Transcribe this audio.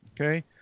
Okay